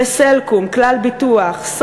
ב"סלקום", "כלל ביטוח", "סונול",